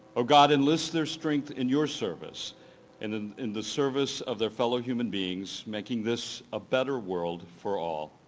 oh god, enlist their strength in your service and and in the service of their fellow human beings, making this a better world for all,